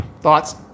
Thoughts